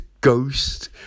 Ghost